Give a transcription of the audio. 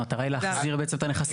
המטרה היא להחזיר בעצם את הנכסים.